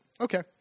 Okay